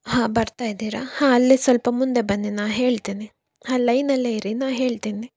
ಹಾಂ ಬರ್ತಾ ಇದ್ದೀರಾ ಹಾಂ ಅಲ್ಲೇ ಸ್ವಲ್ಪ ಮುಂದೆ ಬನ್ನಿ ನಾನು ಹೇಳ್ತೇನೆ ಹಾಂ ಲೈನಲ್ಲೇ ಇರಿ ನಾನು ಹೇಳ್ತೇನೆ